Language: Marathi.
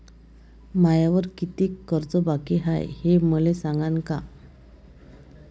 मायावर कितीक कर्ज बाकी हाय, हे मले सांगान का?